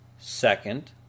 Second